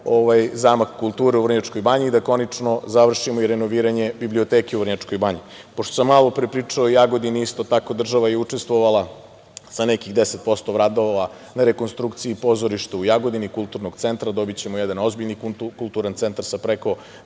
zamak kulture u Vrnjačkoj Banji i da konačno završimo i renoviranje biblioteke u Vrnjačkoj Banji. Pošto sam malopre pričao o Jagodini, isto tako država je učestvovala sa nekih 10% radova na rekonstrukciji pozorišta u Jagodini, Kulturnog centra, dobićemo jedan ozbiljni kulturan centar sa preko